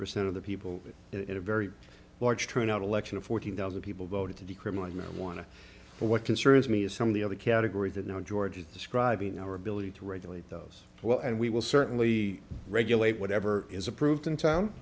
percent of the people in a very large turnout election of fourteen thousand people voted to decriminalize marijuana but what concerns me is some of the other categories that no george is describing our ability to regulate those well and we will certainly regulate whatever is approved in town